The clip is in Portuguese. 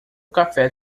café